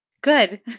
Good